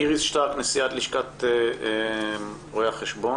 איריס שטרק, נשיאת לשכת רואי החשבון,